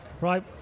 Right